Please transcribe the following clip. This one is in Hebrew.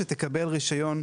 שתקבל רישיון,